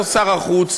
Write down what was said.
לא שר החוץ,